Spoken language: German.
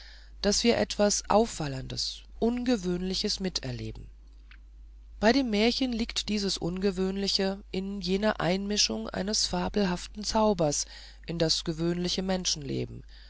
daß wir etwas auffallendes außergewöhnliches miterleben bei dem märchen liegt dieses außergewöhnliche in jener einmischung eines fabelhaften zaubers in das gewöhnliche menschenleben